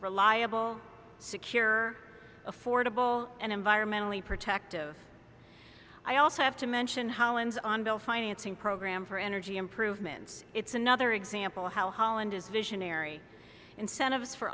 reliable secure affordable and environmentally protective i also have to mention holland's on bill financing program for energy improvements it's another example of how holland is visionary incentives for